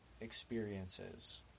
experiences